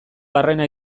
barrena